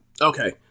Okay